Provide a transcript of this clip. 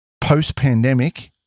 post-pandemic